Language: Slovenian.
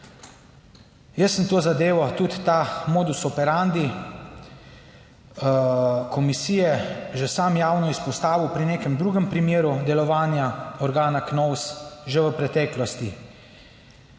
Jaz sem to zadevo tudi ta modus operandi komisije že sam javno izpostavil pri nekem drugem primeru delovanja organa KNOVS že v preteklosti.